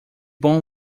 bom